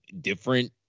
different